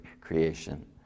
creation